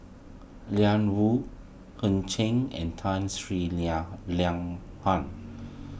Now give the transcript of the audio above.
Ian Woo Ho Ching and Tun Sri